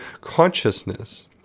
consciousness